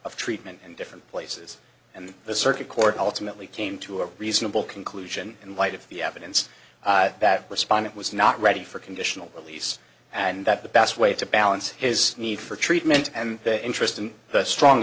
of treatment in different places and the circuit court ultimately came to a reasonable conclusion in light of the evidence that respondent was not ready for conditional release and that the best way to balance his need for treatment and the interest in the strong